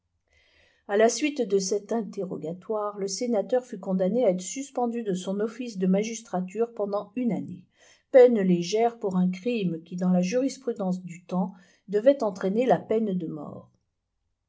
a la suite de cet interrogatoire le sénateur fut condamné à être suspendu de son office de magistrature pendant une année peine légère pour un crime qui dans dans la jurisprudence du temps devait entraîner la peine de mort